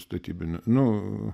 statybinių nu